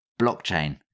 blockchain